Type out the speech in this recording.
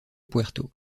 puerto